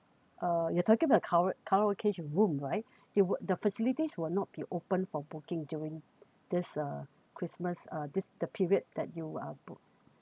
uh you talking the karao~ karaoke room right it will the facilities will not be open for booking during this uh christmas uh this the period that you are book